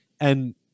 And-